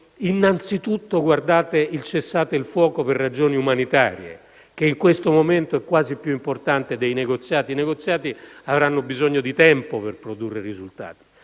Innanzitutto, il cessate il fuoco per ragioni umanitarie in questo momento è quasi più importante dei negoziati. I negoziati avranno bisogno di tempo per produrre risultati.